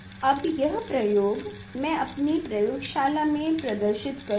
अब यह प्रयोग मैं अपनी प्रयोगशाला में प्रदर्शित करूँगा